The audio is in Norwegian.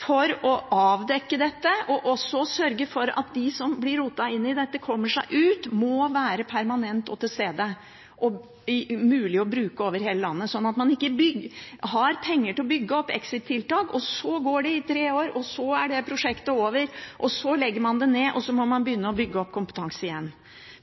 for å avdekke dette og også sørge for at de som blir rotet inn i dette, kommer seg ut, må være permanent og til stede og være mulig å bruke over hele landet – ikke sånn at man har penger til å bygge opp exit-tiltak, så går det i tre år, og så er det prosjektet over. Man legger det ned og må begynne å bygge opp kompetanse igjen.